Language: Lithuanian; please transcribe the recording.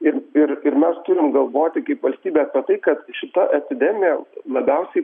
ir ir ir mes turim galvoti kaip valstybė apie tai kad šita epidemija labiausiai